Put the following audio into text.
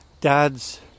dad's